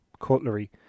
cutlery